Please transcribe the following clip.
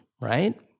right